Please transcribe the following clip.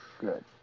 Good